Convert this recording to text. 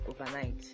overnight